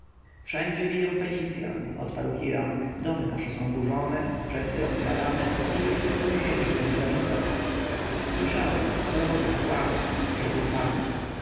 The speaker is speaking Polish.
wszędzie biją fenicjan odparł hiram domy nasze są burzone sprzęty rozkradane i już kilkudziesięciu ludzi zabito słyszałem to robota kapłanów rzekł pan